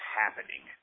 happening